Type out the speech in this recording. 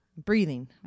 breathing